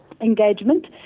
engagement